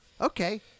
okay